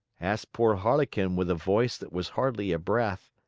asked poor harlequin with a voice that was hardly a breath.